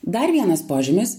dar vienas požymis